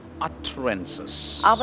utterances